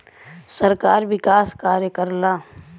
सरकार विकास कार्य करला